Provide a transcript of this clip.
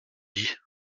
dit